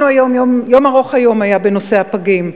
יום ארוך היה היום בנושא הפגים.